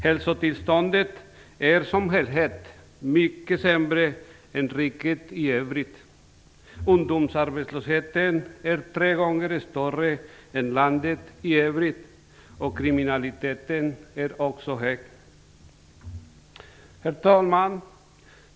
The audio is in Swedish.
Hälsotillståndet som helhet är mycket sämre i dessa områden än i riket i övrigt. Ungdomsarbetslösheten är här tre gånger större än i landet i övrigt. Kriminaliteten är också hög. Herr talman!